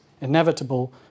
inevitable